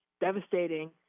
devastating